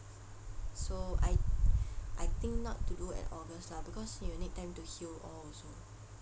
so I think not to do at august lah because you need time to heal all also